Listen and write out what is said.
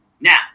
Now